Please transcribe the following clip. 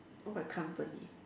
what company